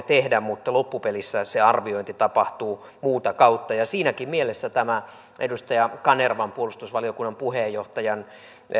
tehdä mutta loppupelissä se arviointi tapahtuu muuta kautta ja siinäkin mielessä edustaja kanervan puolustusvaliokunnan puheenjohtajan